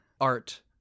art